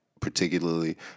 particularly